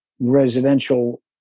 residential